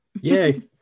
Yay